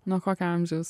nuo kokio amžiaus